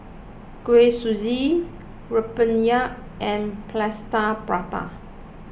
Kuih Suji Rempeyek and Plaster Prata